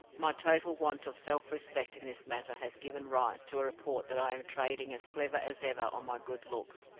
my total want of self-respect in this matter has given rise to a report that i am trading as cleverly as ever on my good looks,